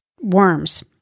worms